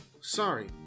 sorry